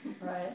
Right